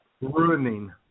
ruining